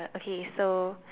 okay so